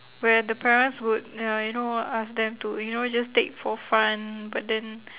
where the parents would ya you know w~ ask them to you know just take for fun but then